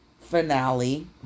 finale